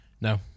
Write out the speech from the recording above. no